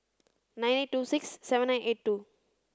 nine eight two six seven nine eight two